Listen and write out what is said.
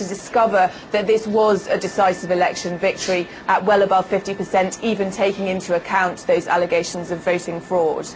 to discover that this was a decisive election victory well above fifty percent even taking into account space allegations of facing